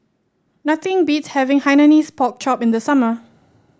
nothing beats having Hainanese Pork Chop in the summer